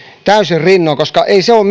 täysin rinnoin koska ei se ole